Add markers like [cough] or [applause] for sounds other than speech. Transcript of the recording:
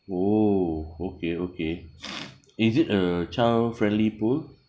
oh okay okay [noise] is it a child friendly pool